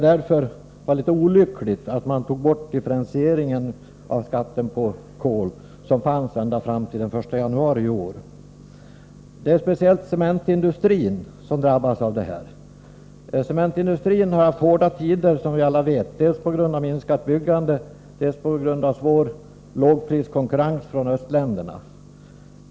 Därför var det olyckligt att man tog bort differentieringen av skatten på kol, som fanns ända fram till den 1 januari i år. Speciellt cementindustrin drabbas av detta. Cementindustrin har haft hårda tider som vi alla vet, dels på grund av ett minskat byggande, dels på grund av en hård lågpriskonkurrens från östländerna.